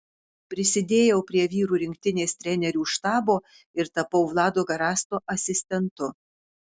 prisidėjau prie vyrų rinktinės trenerių štabo ir tapau vlado garasto asistentu